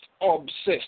Obsessed